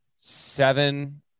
seven